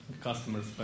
Customers